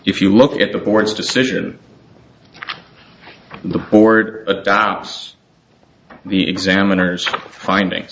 if you look at the board's decision the board adopts the examiner's finding